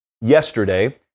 yesterday